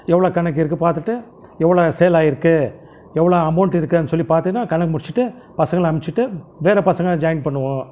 எவ்வளோ கணக்கு இருக்கு பார்த்துட்டு எவ்வளோ சேல் ஆகிருக்கு எவ்வளோ அமௌண்ட் இருக்குன்னு சொல்லி பார்த்தீன்னா கணக்கு முடித்துட்டு பசங்களை அனுப்பிச்சிட்டு வேறே பசங்களை ஜாயின் பண்ணுவோம்